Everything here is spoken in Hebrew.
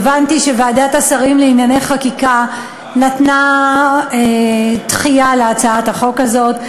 הבנתי שוועדת השרים לענייני חקיקה דחתה את הצעת החוק הזאת,